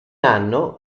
anno